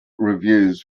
reviews